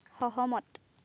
সহমত